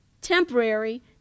temporary